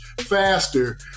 faster